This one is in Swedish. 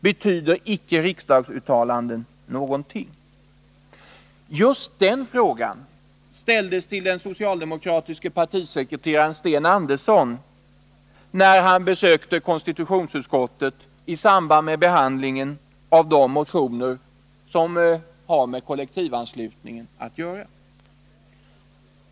Betyder inte riksdagens uttalanden någonting? Just den frågan ställdes till den socialdemokratiske partisekreteraren Sten Andersson när han besökte konstitutionsutskottet i samband med behand lingen av de motioner som har med kollektivanslutningen att göra.